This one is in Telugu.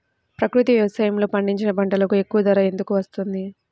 ప్రకృతి వ్యవసాయములో పండించిన పంటలకు ఎక్కువ ధర ఎందుకు వస్తుంది?